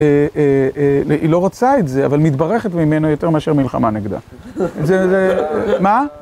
היא לא רוצה את זה, אבל מתברכת ממנו יותר מאשר מלחמה נגדה. מה?